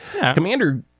commander